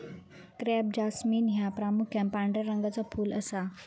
crape jasmine ह्या प्रामुख्यान पांढऱ्या रंगाचा फुल असा